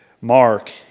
Mark